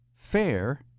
Fair